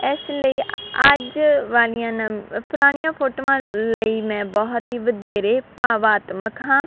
ਇਸ ਲਈ ਅੱਜ ਵਾਲੀਆਂ ਨ ਪੁਰਾਣੀਆਂ ਫੋਟੋਆਂ ਲਈ ਮੈਂ ਬਹੁਤ ਹੀ ਵਧੇਰੇ ਭਾਵਨਾਤਮਕ ਹਾਂ